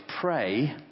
pray